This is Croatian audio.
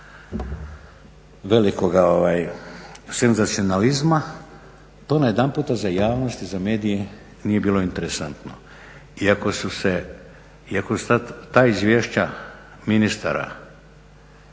velikoga senzacionalizma, to najedanput za javnost i za medije nije bilo interesantno, iako su se ta izvješća ministara,